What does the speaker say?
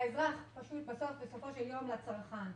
לאזרח, לצרכן.